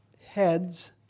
heads